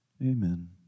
Amen